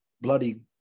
bloody